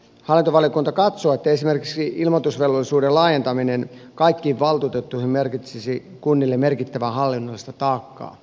hallintovaliokunta katsoo että esimerkiksi ilmoitusvelvollisuuden laajentaminen kaikkiin valtuutettuihin merkitsisi kunnille merkittävää hallinnollista taakkaa